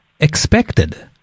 Expected